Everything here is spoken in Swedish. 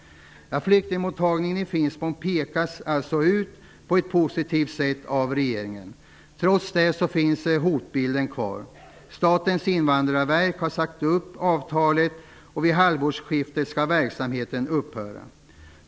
Flyktingmottagningen i Finspång pekas alltså ut på ett positivt sätt av regeringen. Trots det finns hotbilden kvar. Statens invandrarverk har sagt upp avtalet. Vid halvårsskiftet skall verksamheten upphöra.